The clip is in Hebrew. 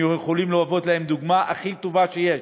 הם יכולים לשמש להם דוגמה הכי טובה שיש.